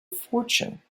fortune